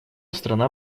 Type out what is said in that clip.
страна